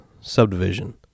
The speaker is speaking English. subdivision